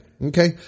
Okay